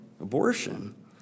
abortion